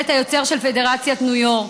מבית היוצר של פדרציית ניו יורק.